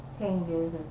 changes